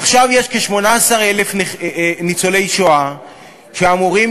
עכשיו יש כ-18,000 ניצולי שואה שאמורים